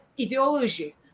ideology